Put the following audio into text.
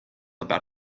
about